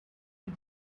did